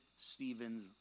Stephen's